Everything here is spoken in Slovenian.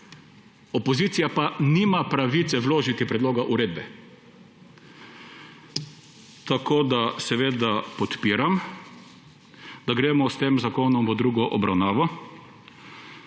opozicija pa nima pravice vložiti predloga uredbe? Tako seveda podpiram, da gremo s tem zakonom v drugo obravnavo.